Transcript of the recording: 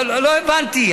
לא הבנתי.